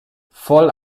voll